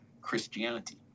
Christianity